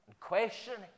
questioning